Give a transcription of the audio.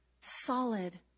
solid